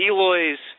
Eloy's